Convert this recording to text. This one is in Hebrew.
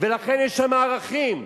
ולכן יש שם ערכים.